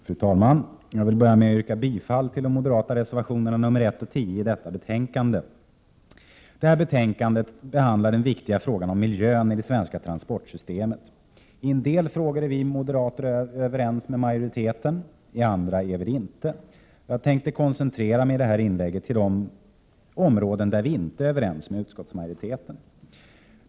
Fru talman! Jag vill börja med att yrka bifall till de moderata reservationerna 1 och 10 i detta betänkande. Detta betänkande behandlar den viktiga frågan om miljön i det svenska transportsystemet. I en del frågor är vi moderater överens med utskottsmajoriteten, i andra inte. Jag tänker koncentrera mig till de områden där vi moderater inte är överens med utskottsmajoriteten.